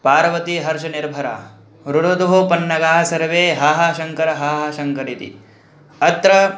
पार्वती हर्षनिर्भरा रूरुदुः पन्नगाः सर्वे हा हा शङकर शङकर इति अत्र